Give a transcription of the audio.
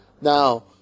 Now